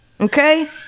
Okay